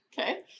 Okay